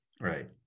right